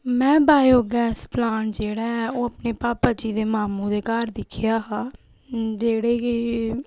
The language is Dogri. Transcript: मैं वायोगैस प्लांट जेह्ड़ा ऐ ओह् अपने पापा जी दे मामू दे घर दिक्खेआ हा जेह्ड़े के